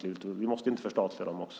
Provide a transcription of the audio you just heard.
Vi måste inte förstatliga dem också.